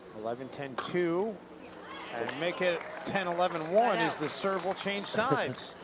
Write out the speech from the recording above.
eleven ten two and make it ten eleven one as the serve will change sides.